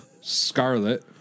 Scarlet